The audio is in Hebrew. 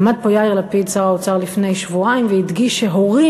עמד פה יאיר לפיד,